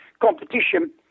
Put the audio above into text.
competition